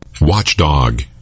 Watchdog